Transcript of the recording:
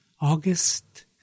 August